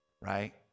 Right